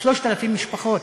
3,000 משפחות.